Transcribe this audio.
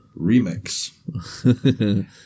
remix